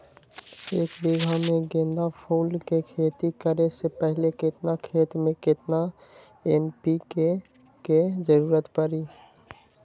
एक बीघा में गेंदा फूल के खेती करे से पहले केतना खेत में केतना एन.पी.के के जरूरत परी?